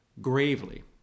gravely